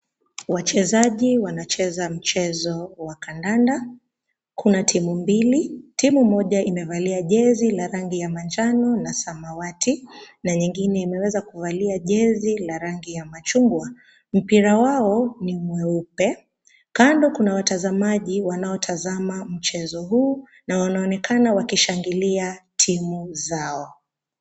Wachezaji wanacheza mchezo wa kandanda, kuna timu mbili, timu moja imevalia jezi la rangi ya manjano na samawati, na nyingine imeweza kuvalia jezi la rangi ya machungwa, mpira wao ni mweupe, kando kuna watazamaji wanaotazama mchezo huu, na wanaonekana wakishangilia, timu zao.